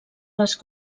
les